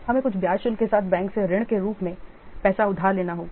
हमें कुछ ब्याज शुल्क के साथ बैंक से ऋण के रूप में पैसा उधार लेना होगा